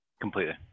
Completely